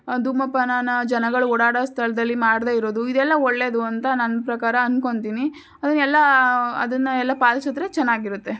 ಧೂಮಪಾನಾನ ಜನಗಳು ಓಡಾಡೋ ಸ್ಥಳದಲ್ಲಿ ಮಾಡದೆ ಇರೋದು ಇದೆಲ್ಲ ಒಳ್ಳೆಯದು ಅಂತ ನನ್ನ ಪ್ರಕಾರ ಅಂದ್ಕೊಂತೀನಿ ಅದನ್ನು ಎಲ್ಲ ಅದನ್ನ ಎಲ್ಲ ಪಾಲ್ಸಿದ್ರೆ ಚೆನ್ನಾಗಿರುತ್ತೆ